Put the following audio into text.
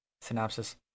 synopsis